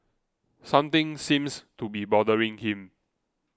something seems to be bothering him